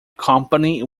company